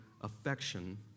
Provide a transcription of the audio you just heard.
affection